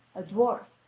a dwarf,